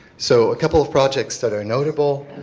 so a couple of projects that are notable,